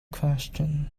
question